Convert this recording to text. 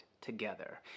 together